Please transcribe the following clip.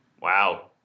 wow